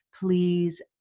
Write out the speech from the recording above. please